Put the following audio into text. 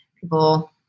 people